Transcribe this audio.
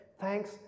Thanks